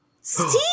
Steve